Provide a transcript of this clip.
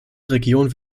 regionen